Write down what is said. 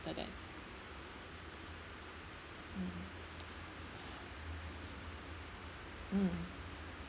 like that mm mm